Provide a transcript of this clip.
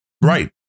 Right